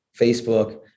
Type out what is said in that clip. Facebook